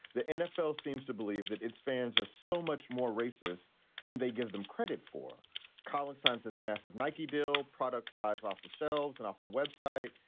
the nfl seems to believe that its fans are so much more racist than they give them credit for college. this massive nike deal product flies off the shelves and off the website.